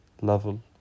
level